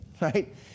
right